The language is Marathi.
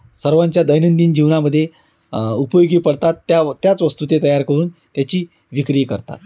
सर्वांच्या दैनंदिन जीवनामध्ये उपयोगी पडतात त्या त्याच वस्तू ते तयार करून त्याची विक्रीही करतात